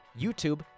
YouTube